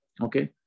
okay